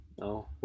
No